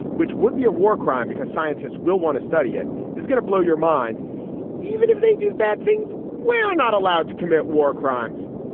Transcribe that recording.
which would be a war crime, because scientists will want to study it going to blow your mind even if they do bad things. we are not allowed to commit war crimes.